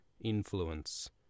influence